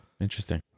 Interesting